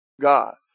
God